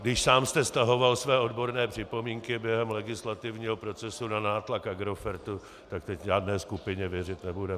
Když sám jste stahoval své odborné připomínky během legislativního procesu na nátlak Agrofertu, tak teď žádné skupině věřit nebudeme.